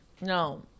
no